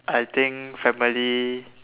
I think family